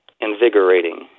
invigorating